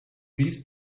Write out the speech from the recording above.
these